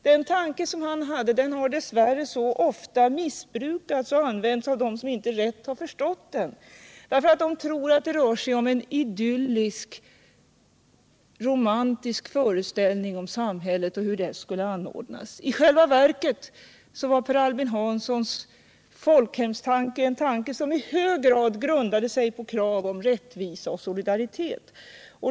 Den tanke han hade har dess värre ofta missbrukats och använts av sådana som inte rätt förstått den, sådana som trott att det rör sig om en idyllisk och romantisk föreställning om samhället och hur det skall fungera. Men i själva verket var Per Albin Hanssons folkhem något som i hög grad grundade sig på kravet på rättvisa och solidaritet.